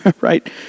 right